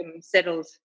settled